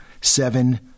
seven